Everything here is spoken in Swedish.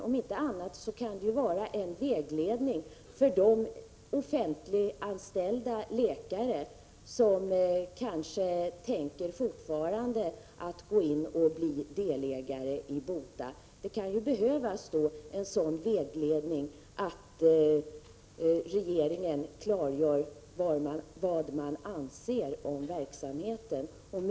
Om inte annat kan det vara en vägledning för de offentliganställda läkare som kanske fortfarande tänker gå in och bli delägare i BOTA. En sådan vägledning, där regeringen klargör vad man anser om verksamheten, kan behövas.